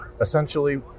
essentially